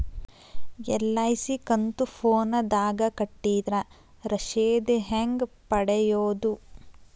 LIC ಕಂತು ಫೋನದಾಗ ಕಟ್ಟಿದ್ರ ರಶೇದಿ ಹೆಂಗ್ ಪಡೆಯೋದು?